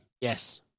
yes